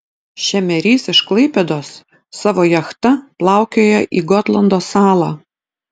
šemerys iš klaipėdos savo jachta plaukioja į gotlando salą